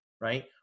right